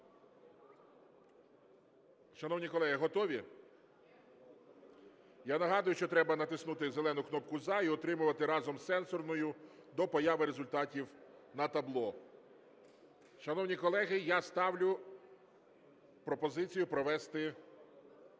Шановні колеги, готові? Я нагадую, що треба натиснути зелену кнопку "За" та утримувати разом з сенсорною до появи результатів на табло. Шановні колеги, я ставлю пропозицію провести